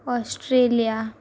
Australia